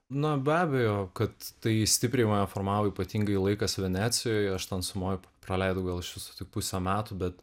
na be abejo kad tai jis stipriai mane formavo ypatingai laikas venecijoj aš ten sumoj praleidau gal iš viso tik pusę metų bet